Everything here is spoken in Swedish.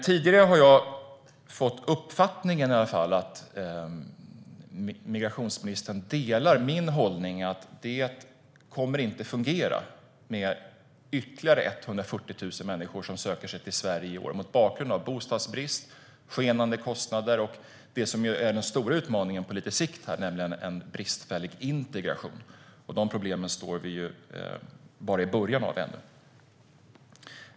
Tidigare har jag i alla fall uppfattat att migrationsministern delar min hållning att det inte kommer att fungera med ytterligare 140 000 människor som söker sig till Sverige i år - detta mot bakgrund av bostadsbrist, skenande kostnader och det som är den stora utmaningen på lite sikt, nämligen en bristfällig integration, och de problemen står vi ju bara i början av.